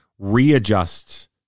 readjust